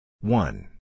one